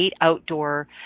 outdoor